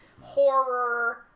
Horror